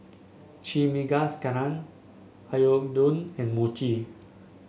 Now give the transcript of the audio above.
Chimichangas Oyakodon and Mochi